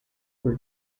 por